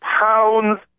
pounds